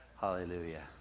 Hallelujah